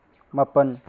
ꯃꯥꯄꯜ